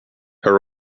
her